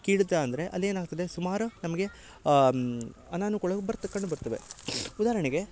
ಕೀಳತ್ತ ಅಂದರೆ ಅಲ್ಲಿ ಏನಾಗ್ತದೆ ಸುಮಾರು ನಮಗೆ ಅನಾನುಕೂಳವ್ ಬರ್ತ ಕಂಡು ಬರ್ತವೆ ಉದಾಹರಣೆಗೆ